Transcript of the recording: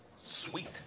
sweet